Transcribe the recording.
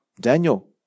daniel